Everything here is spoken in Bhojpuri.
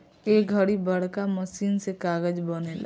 ए घड़ी बड़का मशीन से कागज़ बनेला